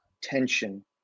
tension